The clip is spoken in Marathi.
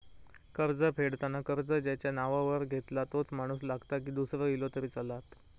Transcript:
कर्ज फेडताना कर्ज ज्याच्या नावावर घेतला तोच माणूस लागता की दूसरो इलो तरी चलात?